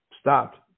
stopped